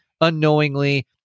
unknowingly